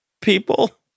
people